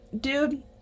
dude